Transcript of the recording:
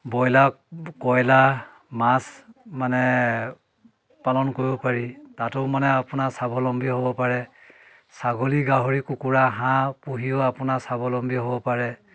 broiler কয়লাৰ মাছ মানে পালন কৰিব পাৰি তাতো মানে আপোনাৰ স্বাৱলম্বী হ'ব পাৰে ছাগলী গাহৰি কুকুৰা হাঁহ পুহিও আপোনাৰ স্বাৱলম্বী হ'ব পাৰে